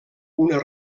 una